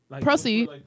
Proceed